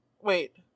Wait